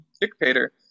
dictator